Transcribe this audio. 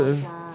entah you cakap